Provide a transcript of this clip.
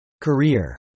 Career